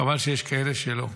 חבל שיש כאלה שלא.